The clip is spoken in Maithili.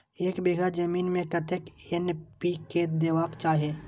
एक बिघा जमीन में कतेक एन.पी.के देबाक चाही?